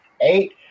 eight